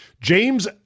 James